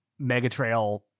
Megatrail